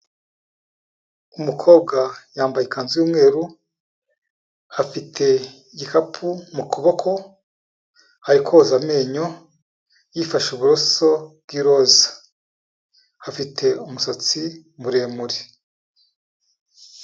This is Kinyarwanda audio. Umukobwa yambaye ikanzu y'umweru, afite igikapu mu kuboko ari koza amenyo yifashishije uburoso bw'iroza afite umusatsi muremure.